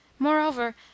Moreover